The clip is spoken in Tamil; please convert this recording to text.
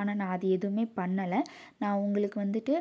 ஆனால் நான் அது எதுவும் பண்ணலை நான் உங்களுக்கு வந்துட்டு